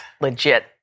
legit